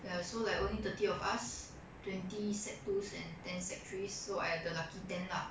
ya so like only thirty of us twenty sec twos and ten sec threes so I the lucky ten lah